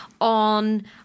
on